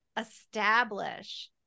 establish